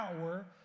power